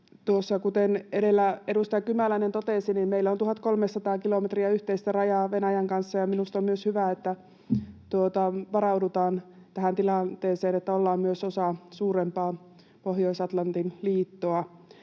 tuossa edellä edustaja Kymäläinen totesi, niin meillä on 1 300 kilometriä yhteistä rajaa Venäjän kanssa, ja myös minusta on hyvä, että varaudutaan tähän tilanteeseen, että ollaan myös osa suurempaa Pohjois-Atlantin liittoa.